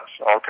okay